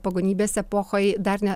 pagonybės epochoj dar ne